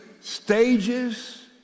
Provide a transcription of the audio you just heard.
stages